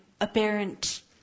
Apparent